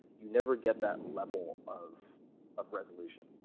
you never get that level of of resolution.